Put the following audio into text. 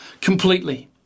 completely